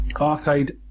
Arcade